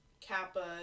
Kappa